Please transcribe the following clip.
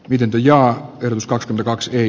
visentin ja muska kaksi